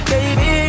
Baby